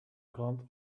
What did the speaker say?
krant